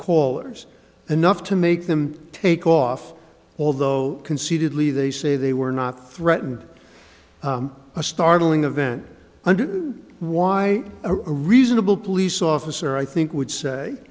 caller's enough to make them take off although concededly they say they were not threatened a startling event and why a reasonable police officer i think would say